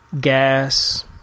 gas